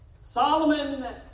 Solomon